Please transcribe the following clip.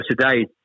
today